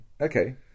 Okay